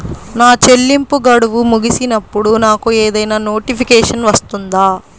నా చెల్లింపు గడువు ముగిసినప్పుడు నాకు ఏదైనా నోటిఫికేషన్ వస్తుందా?